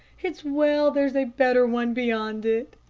it's well there's a better one beyond it.